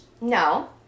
no